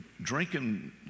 drinking